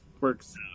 works